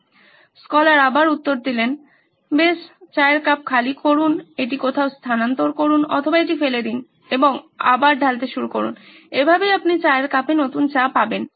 এবং স্কলার উত্তর দিলেনবেশ চায়ের কাপ খালি করুন এটি কোথাও স্থানান্তর করুন অথবা এটি ফেলে দিন এবং আবার ঢালতে শুরু করুন এভাবেই আপনি চায়ের কাপে নতুন চা পাবেন